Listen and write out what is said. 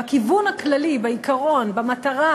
בכיוון הכללי, בעיקרון, במטרה,